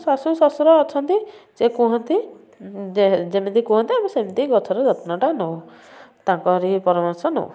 ଶାଶୁ ଶ୍ଵଶୁର ଅଛନ୍ତି ଯେ କୁହନ୍ତି ଯେ ଯେମିତି କୁହନ୍ତି ଆମେ ସେମିତି ଗଛର ଯତ୍ନଟା ନଉ ତାଙ୍କରି ପରାମର୍ଶ ନଉ